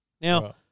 Now